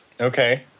Okay